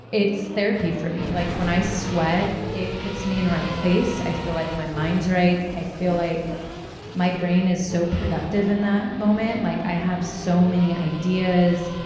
it's therapy for me like when i sweat, it puts me in the right place. i feel like my mind's right. i feel like my brain is so productive in that moment. like i have so many ideas,